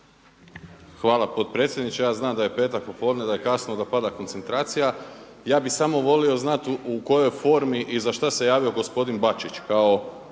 Hvala potpredsjedniče. Ja znam da je petak popodne, da je kasno, da pada koncentracija, ja bih samo volio znati u kojoj je formi i za šta se javio gospodin Bačić?